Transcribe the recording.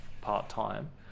part-time